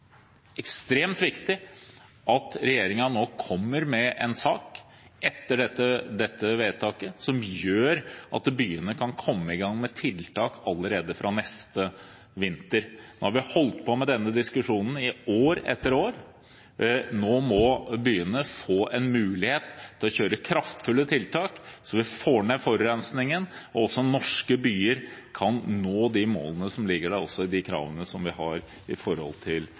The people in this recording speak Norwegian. ekstremt viktig at regjeringen nå kommer med en sak etter dette vedtaket som gjør at byene kan komme i gang med tiltak allerede fra neste vinter. Nå har vi holdt på med denne diskusjonen i år etter år. Nå må byene få en mulighet til å bruke kraftfulle tiltak, så vi får ned forurensningen og også norske byer kan nå de målene som ligger der, også i de kravene som vi har